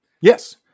Yes